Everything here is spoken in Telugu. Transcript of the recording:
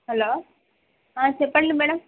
హలో చెప్పండి మేడమ్